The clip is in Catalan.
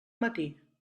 matí